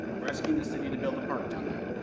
we're asking the city to build a park down there.